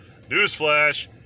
newsflash